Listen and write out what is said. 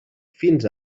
fins